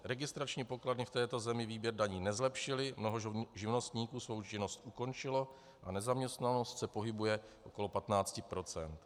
Registrační pokladny v této zemi výběr daní nezlepšily, mnoho živnostníků svou činnost ukončilo a nezaměstnanost se pohybuje okolo 15 %.